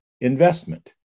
investment